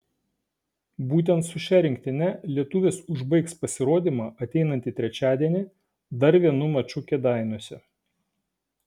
būtent su šia rinktine lietuvės užbaigs pasirodymą ateinantį trečiadienį dar vienu maču kėdainiuose